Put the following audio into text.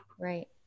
right